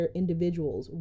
individuals